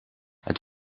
het